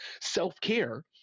self-care